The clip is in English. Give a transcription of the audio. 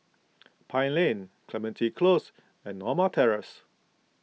Pine Lane Clementi Close and Norma Terrace